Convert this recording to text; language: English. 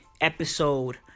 episode